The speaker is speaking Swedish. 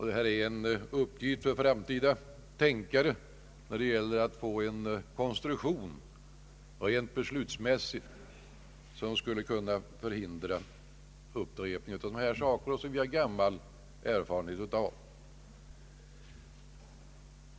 Det blir en uppgift för framtida tänkare att få fram en konstruktion rent beslutsmässigt som skulle kunna förhindra en upprepning av sådana här saker, som vi har gammal erferenhet av.